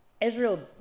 israel